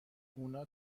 اونا